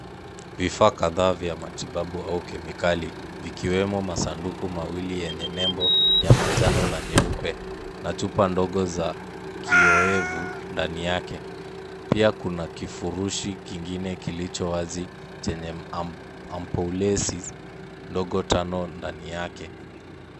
Vifaa kadhaa vya matibabu au kemikali vikiwemo masanduku mawili yenye nembo ya manjano na nyeupe na chupa ndogo za kiowevu ndani yake. Pia kuna kifurushi kingine kilicho wazi chenye ampoules ndogo tano ndani yake.